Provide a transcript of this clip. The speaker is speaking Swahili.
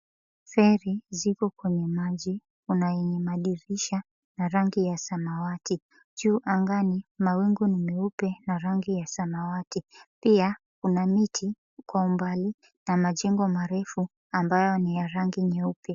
Feri zipo kwenye maji, kuna yenye madirisha ya rangi ya samawati. Juu angani mawingu ni meupe na rangi ya samawati. Pia kuna miti kwa umbali, na majengo marefu ambayo ni ya rangi nyeupe.